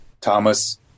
Thomas